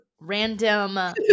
random